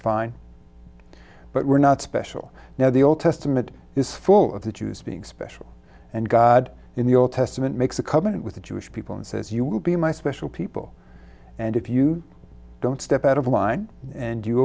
fine but we're not special now the old testament is full of the jews being special and god in the old testament makes a covenant with the jewish people and says you will be my special people and if you don't step out of line and